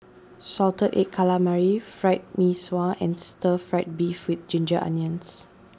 Salted Egg Calamari Fried Mee Sua and Stir Fried Beef with Ginger Onions